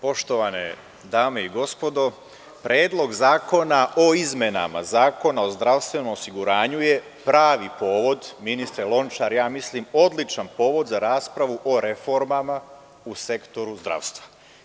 Poštovane dame i gospodo, Predlog zakona o izmenama Zakona o zdravstvenom osiguranju je pravi povod, ministre Lončar, ja mislim odličan povod za raspravu o reformama u sektoru zdravstva.